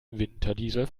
winterdiesel